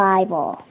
Bible